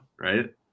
Right